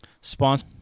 sponsor